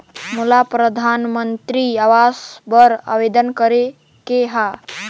मोला परधानमंतरी आवास बर आवेदन करे के हा?